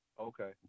Okay